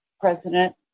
president